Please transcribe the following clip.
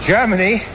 Germany